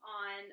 on